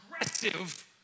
aggressive